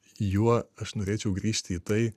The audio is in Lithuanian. juo aš norėčiau grįžti į tai